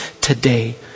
today